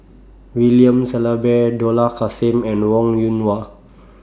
William Shellabear Dollah Kassim and Wong Yoon Wah